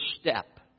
step